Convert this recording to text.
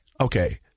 Okay